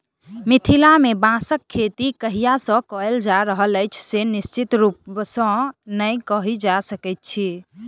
मिथिला मे बाँसक खेती कहिया सॅ कयल जा रहल अछि से निश्चित रूपसॅ नै कहि सकैत छी